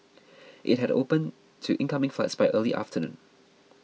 it had opened to incoming flights by early afternoon